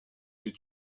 des